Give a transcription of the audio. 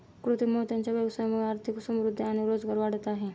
कृत्रिम मोत्यांच्या व्यवसायामुळे आर्थिक समृद्धि आणि रोजगार वाढत आहे